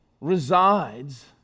resides